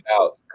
out